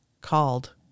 called